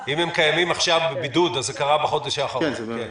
אם הם עכשיו בבידוד, זה קרה בחודש האחרון.